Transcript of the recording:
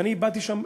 ואני הבעתי שם,